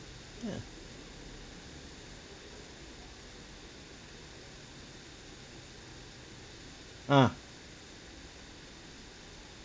ya ah